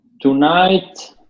tonight